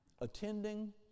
Attending